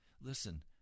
Listen